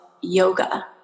yoga